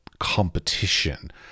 competition